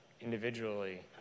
individually